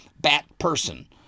Bat-person